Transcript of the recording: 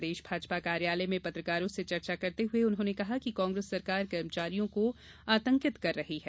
प्रदेश भाजपा कार्यालय में पत्रकारों से चर्चा करते हुए उन्होंने कहा कि कांग्रेस सरकार कर्मचारियों को आतंकित कर रही है